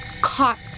caught